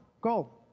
go